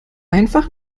einfach